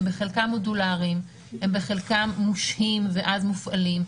הם בחלקם מודולריים, הם בחלקם מושהים ואז מופעלים.